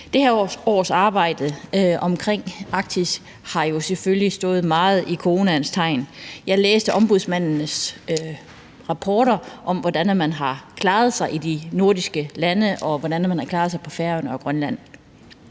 Det her års arbejde omkring Arktis har jo selvfølgelig stået meget i coronaens tegn. Jeg læste Ombudsmandens rapporter om, hvordan man har klaret sig i de nordiske lande, og hvordan man har klaret sig på Færøerne og i Grønland.